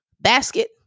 basket